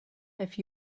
have